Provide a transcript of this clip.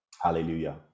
Hallelujah